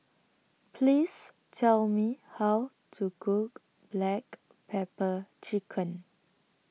Please Tell Me How to Cook Black Pepper Chicken